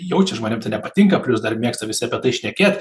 jaučia žmonėm tai nepatinka plius dar mėgsta visi apie tai šnekėt